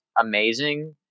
amazing